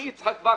אני יצחק וקנין,